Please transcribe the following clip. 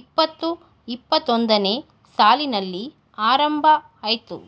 ಇಪ್ಪತು ಇಪ್ಪತ್ತೊಂದನೇ ಸಾಲಿನಲ್ಲಿ ಆರಂಭ ಅಯ್ತು